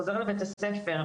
חוזר לבית הספר,